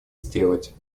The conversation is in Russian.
сделать